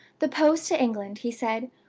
the post to england, he said,